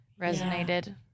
resonated